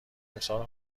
امسال